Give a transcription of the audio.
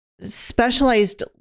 specialized